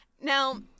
Now